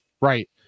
right